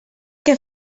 que